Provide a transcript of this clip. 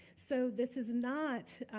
so this is not,